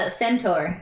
centaur